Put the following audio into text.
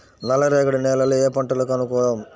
నల్లరేగడి నేలలు ఏ పంటలకు అనుకూలం?